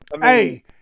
Hey